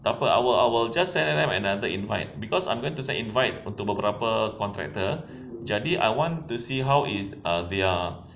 takpe I will just send them another invite because I'm going to send invite to beberapa contractor jadi I want to see how is ah their